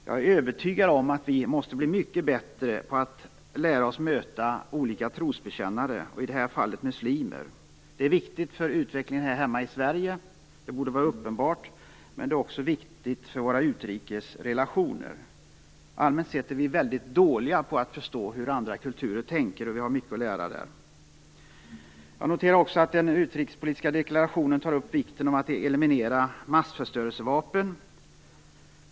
Jag är övertygad om att vi måste bli mycket bättre på att möta olika trosbekännare, i det här fallet muslimer. Det är viktigt för utvecklingen här hemma i Sverige, vilket borde vara uppenbart, men det är också viktigt för våra utrikesrelationer. Allmänt sett är vi väldigt dåliga på att förstå hur man tänker i andra kulturer. Där har vi mycket att lära. Jag noterar också att man i den utrikespolitiska deklarationen tar upp vikten av att eliminera massförstörelsevapen.